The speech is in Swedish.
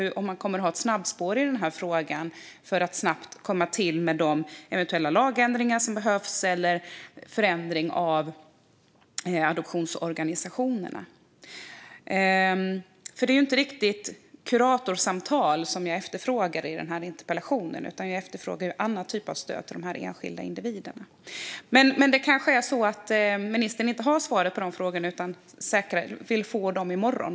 Kommer man att ha ett snabbspår för att snabbt få till de eventuella lagändringar som behövs eller förändringar av adoptionsorganisationerna? Det är inte riktigt kuratorsamtal som jag efterfrågar i min interpellation, utan det handlade om annat slags stöd till enskilda individer. Ministern kanske inte har svar på de här frågorna utan vill få dem i morgon.